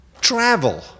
travel